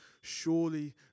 Surely